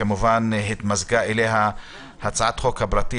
שכמובן התמזגה אליה הצעת החוק הפרטית